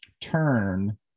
turn